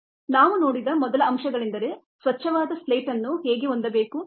ನಾವು ನೋಡಿದ ಮೊದಲ ಅಂಶಗಳೆಂದರೆ ಸ್ವಚವಾದ ಸ್ಲೇಟ್ ಅನ್ನು ಹೇಗೆ ಹೊಂದಬೇಕು